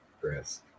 Chris